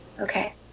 Okay